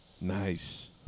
Nice